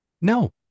No